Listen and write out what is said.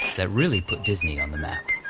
that really put disney on the map.